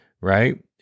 right